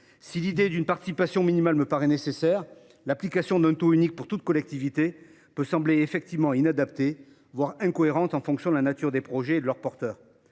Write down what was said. Si l’idée d’une participation minimale me paraît nécessaire, l’application d’un taux identique pour toute collectivité peut sembler inadaptée, voire incohérente, en fonction de la nature des projets et de leurs porteurs.